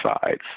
sides